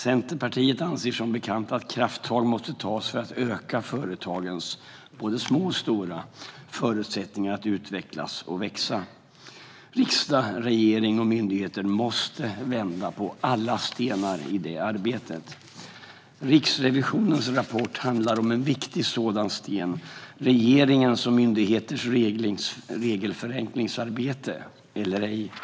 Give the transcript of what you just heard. Centerpartiet anser som bekant att krafttag måste tas för att öka företagens - det gäller både små och stora - förutsättningar att utvecklas och växa. Riksdag, regering och myndigheter måste vända på alla stenar i det arbetet. Riksrevisionens rapport handlar om en viktig sådan sten: regeringens och myndigheternas regelförenklingsarbete alternativt brist på sådant.